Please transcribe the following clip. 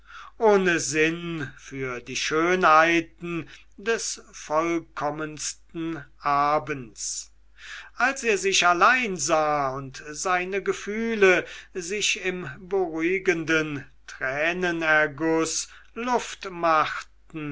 ohne sinn für die schönheiten des vollkommensten abends als er sich allein sah und seine gefühle sich im beruhigenden tränenerguß luft machten